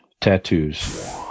Tattoos